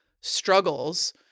struggles